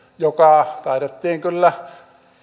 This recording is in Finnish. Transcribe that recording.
joka taidettiin kyllä